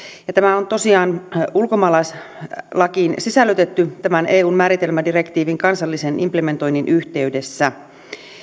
tämä on tosiaan ulkomaalaislakiin sisällytetty tämän eun määritelmädirektiivin kansallisen implementoinnin yhteydessä